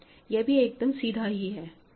यह भी एकदम सीधा ही है